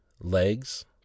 Legs